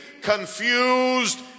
confused